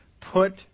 put